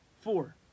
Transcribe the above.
Four